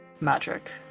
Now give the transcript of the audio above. magic